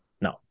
no